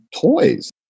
toys